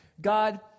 God